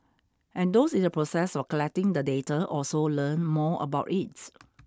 and those in the process of collecting the data also learn more about it